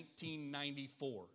1994